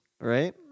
right